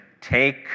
Take